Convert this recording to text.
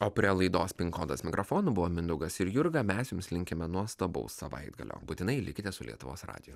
o prie laidos pin kodas mikrofonų buvo mindaugas ir jurga mes jums linkime nuostabaus savaitgalio būtinai likite su lietuvos radiju